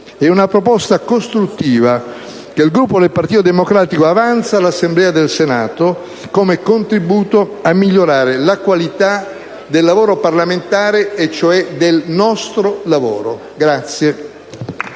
È una proposta costruttiva che il Gruppo del Partito Democratico avanza all'Assemblea del Senato come contributo a migliorare la qualità del lavoro parlamentare, cioè del nostro lavoro.